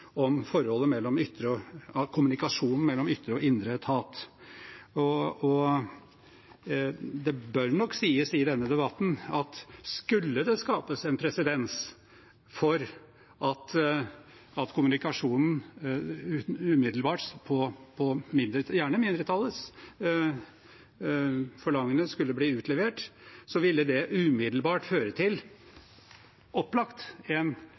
om kommunikasjonen mellom ytre og indre etat. Det bør nok sies i denne debatten at skulle det skapes presedens for at kommunikasjonen umiddelbart på forlangende – gjerne mindretallets – skulle bli utlevert, ville det umiddelbart opplagt føre til